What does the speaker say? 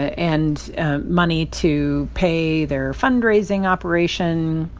ah and money to pay their fundraising operation,